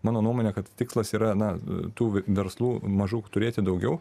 mano nuomone kad tikslas yra na tų verslų mažų turėti daugiau